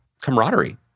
camaraderie